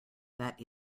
that